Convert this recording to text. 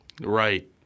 Right